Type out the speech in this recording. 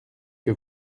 que